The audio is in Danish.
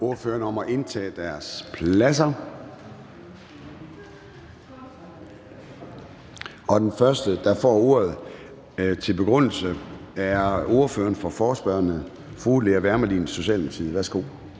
Formanden (Søren Gade): Den første, der får ordet til begrundelse, er ordføreren for forespørgerne, fru Lea Wermelin, Socialdemokratiet. Værsgo.